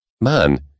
Man